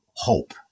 hope